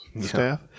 staff